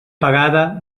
pagada